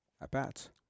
at-bats